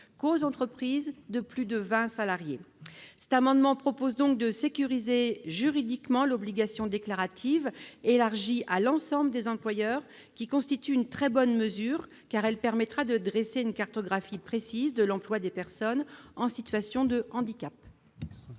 qu'aux entreprises de plus de 20 salariés. Le présent amendement vise donc à sécuriser juridiquement l'obligation déclarative, élargie à tous les employeurs. C'est une très bonne mesure, car elle permettra de dresser une cartographie précise de l'emploi des personnes en situation de handicap.